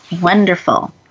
wonderful